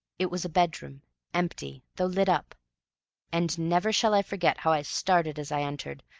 it was a bedroom empty, though lit up and never shall i forget how i started as i entered,